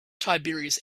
tiberius